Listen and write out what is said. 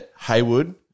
Haywood